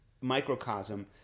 microcosm